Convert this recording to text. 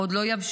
עוד לא יבשו,